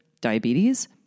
diabetes